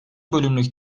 bölümlük